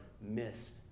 miss